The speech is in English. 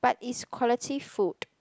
but is quality food